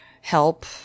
help